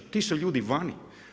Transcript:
Ti su ljudi vani.